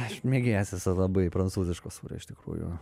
aš mėgėjas esu labai prancūziško sūrio iš tikrųjų